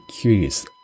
curious